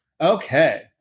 Okay